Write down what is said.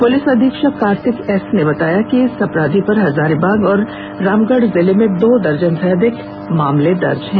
police अधीक्षक Kartik S ने बताया कि इस अपराधी पर हजारीबाग और रामगढ़ जिले में दो दर्जन से अधिक आपराधिक मामले दर्ज हैं